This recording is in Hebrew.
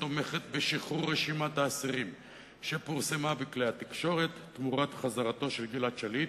הצעת סיכום של סיעת מרצ בנושא שלוש שנים לחטיפתו של גלעד שליט: